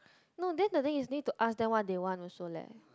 no then the thing is need to ask them what they want also leh